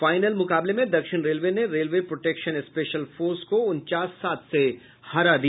final मुकाबले में दक्षिण रेलवे ने रेलवे प्रोटेक्शन स्पेशल फोर्स को उनचास सात से हरा दिया